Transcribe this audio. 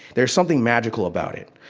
there's something magical about it.